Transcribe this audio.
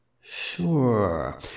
Sure